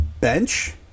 bench